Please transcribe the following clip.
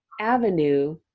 avenue